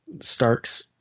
Starks